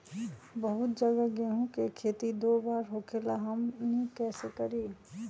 बहुत जगह गेंहू के खेती दो बार होखेला हमनी कैसे करी?